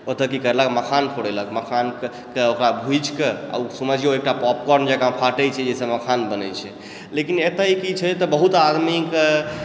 ओतय की करलक मखान फोड़ेलक मखान फोड़ि कऽ ओकरा भुजिकऽ समझियौ एकटा पॉपकॉर्न जकाँ फाटय छै जाहिसँ मखान बनै छै लेकिन एतय ई की छै तऽ बहुत आदमीके